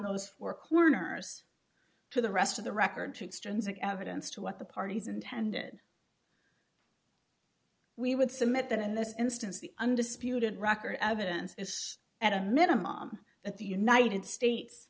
those four corners to the rest of the record to extrinsic evidence to what the parties intended we would submit that in this instance the undisputed record evidence is at a minimum that the united states